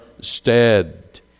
stead